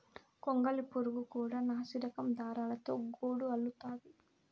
గొంగళి పురుగు కూడా నాసిరకం దారాలతో గూడు అల్లుతాది